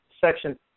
Section